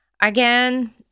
Again